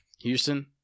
Houston